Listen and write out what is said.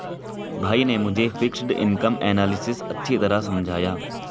भाई ने मुझे फिक्स्ड इनकम एनालिसिस अच्छी तरह समझाया